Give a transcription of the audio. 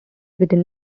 within